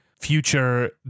future